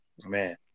Man